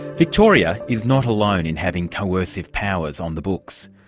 victoria is not alone in having coercive powers on the books.